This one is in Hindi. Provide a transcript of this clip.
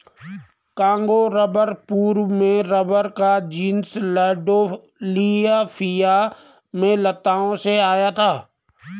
कांगो रबर पूर्व में रबर का जीनस लैंडोल्फिया में लताओं से आया था